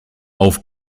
auf